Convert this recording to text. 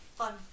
Fun